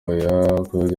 biyobyabwenge